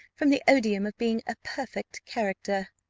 from the odium of being a perfect character.